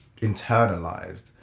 internalized